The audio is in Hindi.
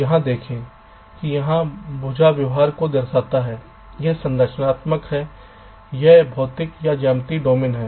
यहाँ देखें कि यहाँ भुजा व्यवहार को दर्शाता है यह संरचनात्मक है और यह भौतिक या ज्यामितीय डोमेन है